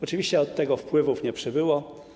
Oczywiście od tego wpływów nie przybyło.